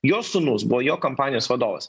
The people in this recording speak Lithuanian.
jo sūnus buvo jo kompanijos vadovas